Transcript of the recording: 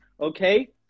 okay